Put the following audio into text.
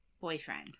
boyfriend